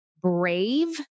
brave